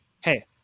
hey